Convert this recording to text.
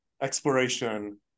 exploration